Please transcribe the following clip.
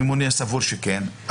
הממונה סבור שכן,